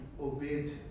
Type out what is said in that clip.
obeyed